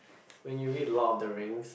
when you read Lord of the Rings